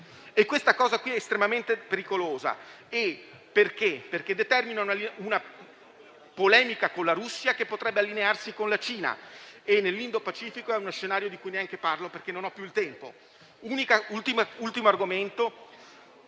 e questo è estremamente pericoloso, perché determina una polemica con la Russia, che potrebbe allinearsi con la Cina e nell'Indo-Pacifico è uno scenario di cui neanche parlo perché non ne ho più il tempo. L'ultimo argomento